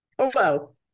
Hello